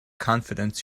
confidence